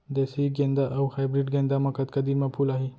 देसी गेंदा अऊ हाइब्रिड गेंदा म कतका दिन म फूल आही?